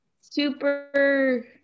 super